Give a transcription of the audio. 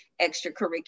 extracurricular